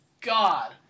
God